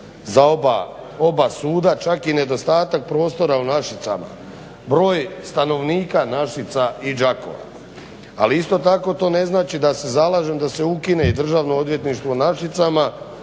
za oba suda čak i nedostatak prostora u Našicama, broj stanovnika Našica i Đakova. Ali isto tako to ne znači da se zalažem da se ukine i Državno odvjetništvo u Našicama